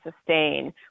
sustain